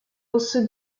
also